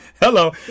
Hello